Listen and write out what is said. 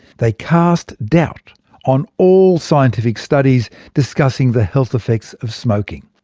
they cast doubt on all scientific studies discussing the health effects of smoking.